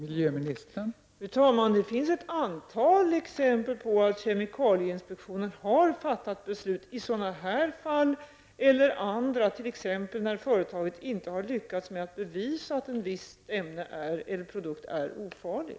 Fru talman! Det finns ett antal exempel på att kemikalieinspektionen har fattat beslut i sådana här fall och andra, t.ex. när företaget inte har lyckats att bevisa att en viss produkt är ofarlig.